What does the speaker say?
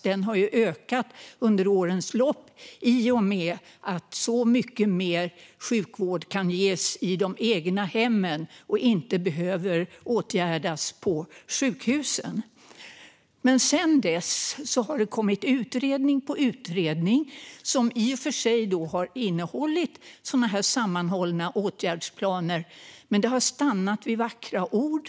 Behovet har ju ökat under årens lopp i och med att så mycket mer sjukvård kan ges i de egna hemmen och inte behöver åtgärdas på sjukhusen. Sedan dess har det kommit utredning på utredning som i och för sig har innehållit sammanhållna åtgärdsplaner, men det har stannat vid vackra ord.